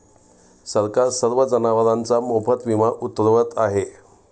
सरकार सर्व जनावरांचा मोफत विमा उतरवत आहे